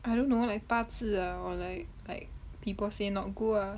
I don't know like 八字 ah or like like people say not good ah